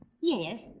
Yes